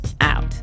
out